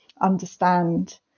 understand